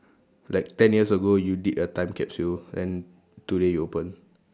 like ten years ago you did a time capsule and today you open